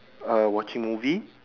uh watching movie